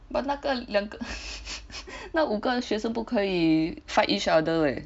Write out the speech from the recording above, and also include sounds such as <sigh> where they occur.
but 那个两个 <laughs> 那五个学生不可以 fight each other eh